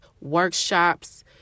workshops